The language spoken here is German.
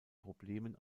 problemen